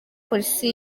polisi